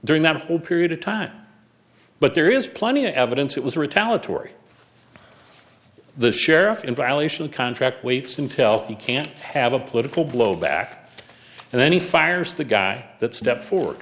during that whole period of time but there is plenty of evidence it was retaliatory the sheriff in violation of contract weights intel you can't have a political blow back and then he fires the guy that stepped forward